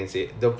okay